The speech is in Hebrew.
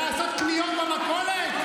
לעשות קניות במכולות?